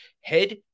Head